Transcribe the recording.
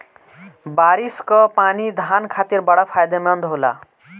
बारिस कअ पानी धान खातिर बड़ा फायदेमंद होला